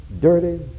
dirty